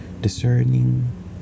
discerning